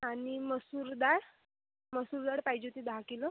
आणि मसूर डाळ मसूर डाळ पाहिजे होती दहा किलो